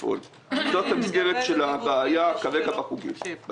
זאת המסגרת של הבעיה כרגע בחוגים.